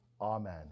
Amen